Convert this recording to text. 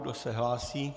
Kdo se hlásí?